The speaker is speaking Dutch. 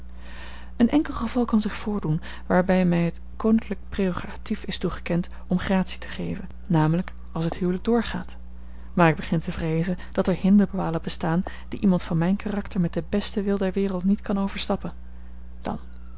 een enkel geval kan zich voordoen waarbij mij het koninklijk prerogatief is toegekend om gratie te geven namelijk als het huwelijk doorgaat maar ik begin te vreezen dat er hinderpalen bestaan die iemand van mijn karakter met den besten wil der wereld niet kan overstappen